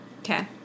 Okay